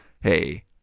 Hey